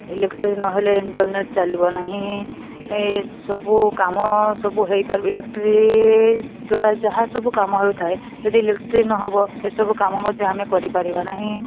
electric ନହେଲେ internet ଚାଲିବ ନାହିଁ ଏସବୁ କାମସବୁ ହୋଇପାରିବ ଇଲେକ୍ଟ୍ରି ଦ୍ୱାରା ଯାହାସବୁ କାମ ହେଉଥାଏ ଯଦି ଇଲେକ୍ଟ୍ରି ନହେବ ସେସବୁ କାମ ମଧ୍ୟ ଆମେ କରିପାରିବ ନାହିଁ